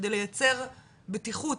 כדי לייצר בטיחות,